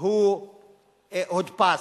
הוא הודפס,